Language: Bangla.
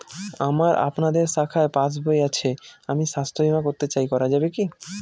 আমার আপনাদের শাখায় পাসবই আছে আমি স্বাস্থ্য বিমা করতে চাই করা যাবে কি?